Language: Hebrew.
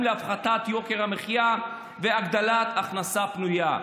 להפחתת יוקר המחיה והגדלת הכנסה פנויה.